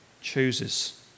chooses